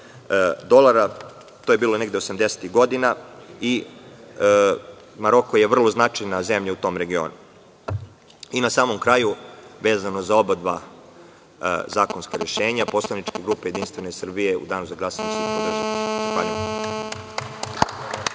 dolara. To je bilo negde 80-ih godina. Maroko je vrlo značajna zemlja u tom regionu. Na samom kraju, vezano za oba zakonska rešenja, poslanička grupa Jedinstvena Srbija u Danu za glasanje će podržati.